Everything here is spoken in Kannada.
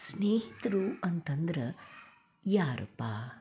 ಸ್ನೇಹಿತರು ಅಂತಂದ್ರೆ ಯಾರಪ್ಪಾ